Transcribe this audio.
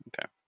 Okay